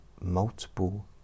multiple